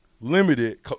Limited